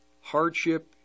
hardship